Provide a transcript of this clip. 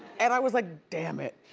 and i was like dammit.